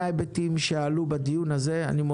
הישיבה ננעלה בשעה 12:38.